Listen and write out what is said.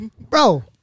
bro